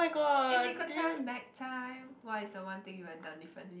if we could turn back time what is the one thing you would've done differently